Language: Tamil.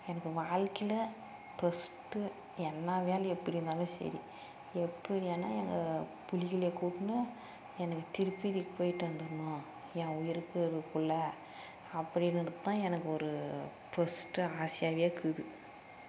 எனக்கு வாழ்க்கையில் ஃபர்ஸ்ட் என்ன வேலை எப்படி இருந்தாலும் சரி எப்படியான எங்கள் பிள்ளைகள கூட்டுனு எனக்கு திருப்பதி போய்ட்டு வந்துடுணும் என் உயிர் இருக்கிறதுக்குள்ள அப்படினிருக்குத்தான் எனக்கு ஒரு ஃபஸ்ட் ஆசையாகவேக்குது